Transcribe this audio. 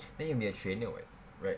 then you will be a trainer [what] right